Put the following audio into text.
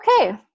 okay